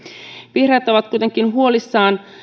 vihreät ovat kuitenkin huolissaan